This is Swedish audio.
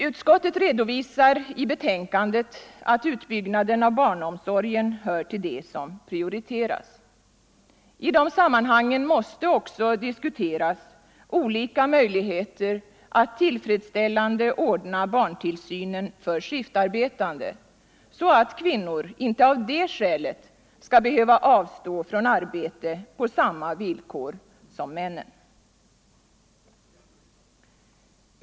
Utskottet redovisar i betänkandet att utbyggnaden av barnomsorgen hör till det som prioriteras. I de sammanhangen måste också diskuteras olika möjligheter att tillfredsställande ordna barntillsynen för skiftarbetande, så att kvinnor inte av det skälet skall behöva avstå från arbete på samma villkor som männen.